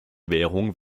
währung